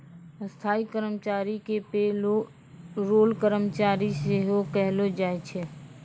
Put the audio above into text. स्थायी कर्मचारी के पे रोल कर्मचारी सेहो कहलो जाय छै